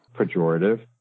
pejorative